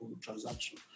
transaction